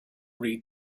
read